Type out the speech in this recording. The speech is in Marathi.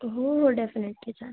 हो हो डेफिनेटली चालतं